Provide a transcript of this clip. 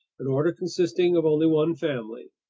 an order consisting of only one family.